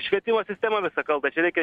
švietimo sistema visa kalta čia reikia